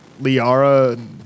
Liara